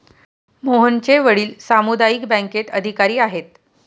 मोहनचे वडील सामुदायिक बँकेत अधिकारी आहेत